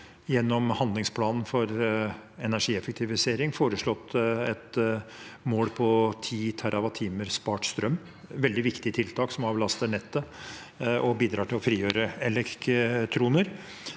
gjennom handlingsplanen for energieffektivisering foreslått et mål på 10 TWh spart strøm. Det er et veldig viktig tiltak som avlaster nettet og bidrar til å frigjøre elektroner.